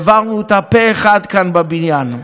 והעברנו אותה פה אחד, כאן בבניין.